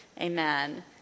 Amen